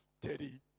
Teddy